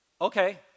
okay